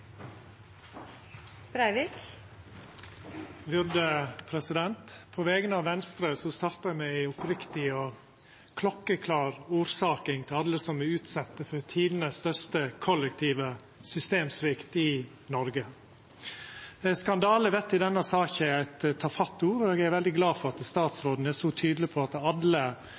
På vegner av Venstre startar eg med ei oppriktig og klokkeklar orsaking til alle som er utsette for det største kollektive systemsviket i Noreg gjennom tidene. «Skandale» vert i denne saka eit tafatt ord, og eg er veldig glad for at statsråden er så tydeleg på at alle